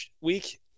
week